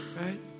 Right